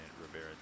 Rivera